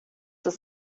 ist